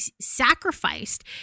sacrificed